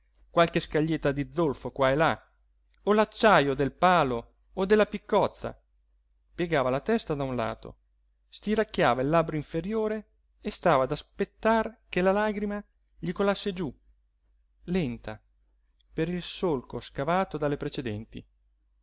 qualche scaglietta di zolfo qua e là o l'acciajo del palo o della piccozza piegava la testa da un lato stiracchiava il labbro inferiore e stava ad aspettar che la lagrima gli colasse giú lenta per il solco scavato dalle precedenti